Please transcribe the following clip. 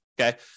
okay